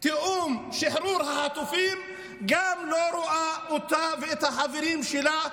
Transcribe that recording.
תיאום שחרור החטופים לא רואה אותה ואת החברים שלה.